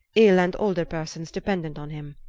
ill and older persons, dependent on him.